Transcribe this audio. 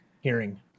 hearing